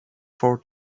four